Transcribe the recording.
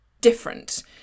different